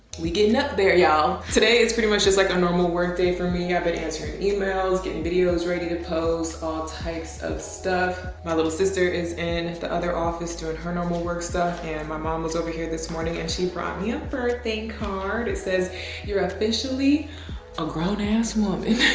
we getting up there y'all. today, it's pretty much just like a normal workday for me. i've been answering emails, getting videos ready to pose all types of stuff. my little sister is in the other office doing and her normal work stuff. and my mom was over here this morning and she brought me up birthing card. it says you're officially a grown ass woman.